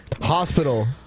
Hospital